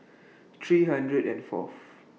three hundred and Fourth